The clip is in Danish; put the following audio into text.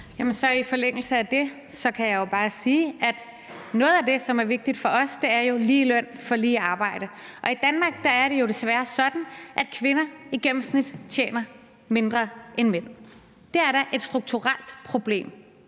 i forlængelse af det sige, at noget af det, som er vigtigt for os, er lige løn for lige arbejde. Men i Danmark er det jo desværre sådan, at kvinder i gennemsnit tjener mindre end mænd. Det er da et strukturelt problem.